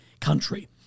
country